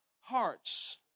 hearts